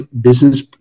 business